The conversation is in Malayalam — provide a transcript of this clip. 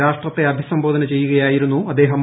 രാഷ്ട്രത്തെ അഭിസംബോധന ചെയ്യുകയായിരുന്നു അദ്ദേഹം